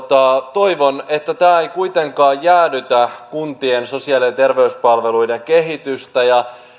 toivon että tämä ei kuitenkaan jäädytä kuntien sosiaali ja ja terveyspalveluiden kehitystä